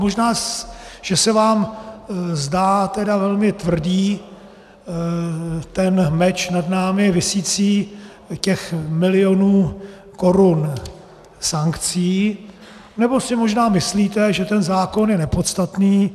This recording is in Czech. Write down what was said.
Možná že se vám zdá velmi tvrdý ten meč nad námi visící, těch milionů korun sankcí, nebo si možná myslíte, že ten zákon je nepodstatný.